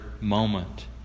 moment